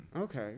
okay